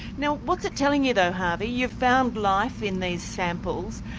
you know what's it telling you though, harvey? you've found life in these samples,